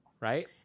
right